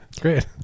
Great